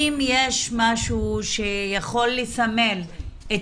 אם יש משהו שיכול לסמן את